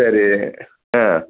சரி ஆ